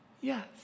yes